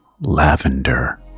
lavender